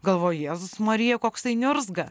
galvoju jėzus marija koksai niurzga